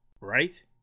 Right